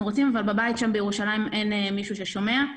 רוצים אבל בבית שם בירושלים אין מישהו ששומע.